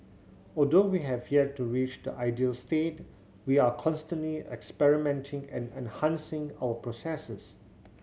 although we have yet to reach the ideal state we are constantly experimenting and enhancing our processes